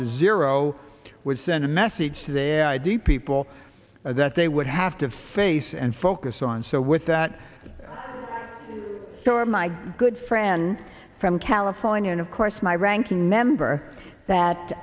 zero would send a message today id people that they would have to face and focus on so with that so are my good friend from california and of course my ranking member